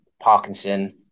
Parkinson